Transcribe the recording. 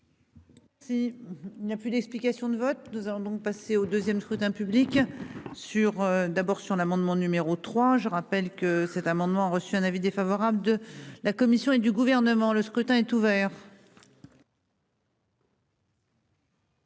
S'il n'y a plus d'explications de vote, nous allons donc passer au 2ème scrutin public sur d'abord sur l'amendement numéro 3. Je rappelle que cet amendement reçu un avis défavorable de la commission et du gouvernement. Le scrutin est ouvert.